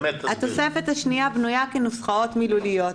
התוספת השנייה בנויה כנוסחאות מילוליות.